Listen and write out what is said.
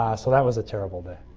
so that was a terrible day.